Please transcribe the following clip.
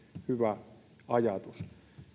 hyvä ajatus